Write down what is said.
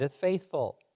faithful